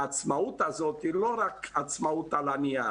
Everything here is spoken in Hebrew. העצמאות הזאת היא לא רק עצמאות על הנייר.